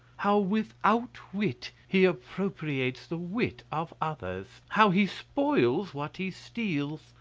how, without wit, he appropriates the wit of others! how he spoils what he steals!